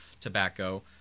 tobacco